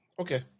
Okay